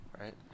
right